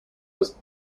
was